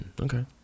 Okay